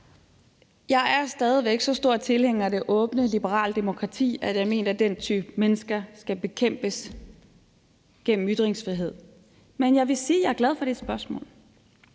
Jeg er stadig væk så stor tilhænger af det åbne, liberale demokrati, at jeg mener, at den type mennesker skal bekæmpes gennem ytringsfrihed. Men jeg er glad for det spørgsmål.